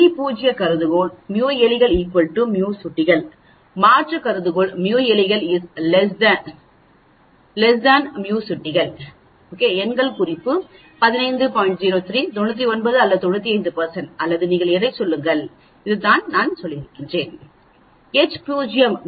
பூஜ்ய கருதுகோள் μ எலிகள் μ சுட்டி மாற்று கருதுகோள் μ எலிகள் μ சுட்டி என்ன 99 அல்லது 95 அல்லது நீங்கள் எதைச் சொல்லுங்கள் இதுதான் நான்சொல்லியிருக்கிறேன்